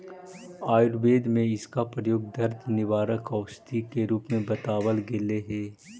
आयुर्वेद में इसका प्रयोग दर्द निवारक औषधि के रूप में बतावाल गेलई हे